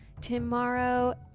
tomorrow